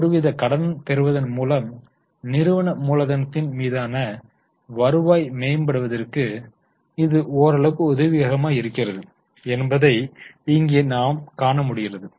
ஒருவித கடனை பெறுவதன் மூலம் நிறுவன மூலதனத்தின் மீதான வருவாய் மேம்படுத்துவதற்கு இது ஓரளவுக்கு உதவிகரமாக இருக்கிறது என்பதை இங்கே காண முடிகிறது